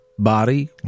Body